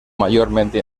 mayormente